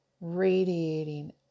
radiating